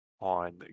on